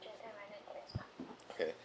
okay